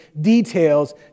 details